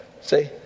See